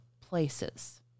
places